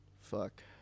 Fuck